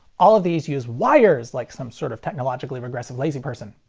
all of these use wires, like some sort of technologically regressive lazy person.